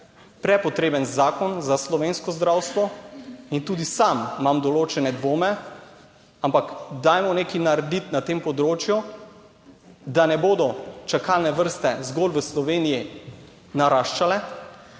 prepotreben zakon za slovensko zdravstvo in tudi sam imam določene dvome. Ampak dajmo nekaj narediti na tem področju, da ne bodo čakalne vrste zgolj v Sloveniji naraščale,